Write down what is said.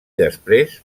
després